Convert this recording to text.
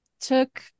took